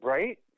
Right